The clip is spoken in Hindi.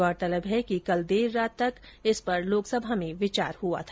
गौरतलब है कि कल देर रात तक इस पर लोकसभा में विचार हआ था